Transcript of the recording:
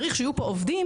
צריך שיהיו פה עובדים,